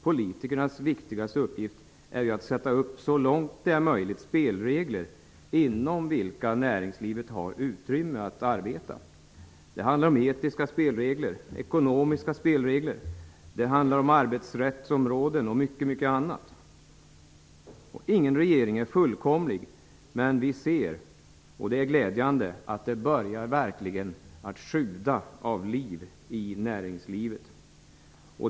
Politikernas viktigaste uppgift är ju att så långt det är möjligt sätta upp spelregler inom vilka näringslivet har utrymme att arbeta. Det handlar om etiska spelregler och ekonomiska spelregler, det handlar om arbetsrättsområdet och mycket mycket annat. Ingen regering är fullkomlig, men vi ser nu -- och det är glädjande -- att det verkligen börjar att sjuda av liv i näringslivet.